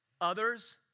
Others